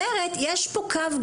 אומרת, יש פה קו גבול.